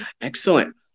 Excellent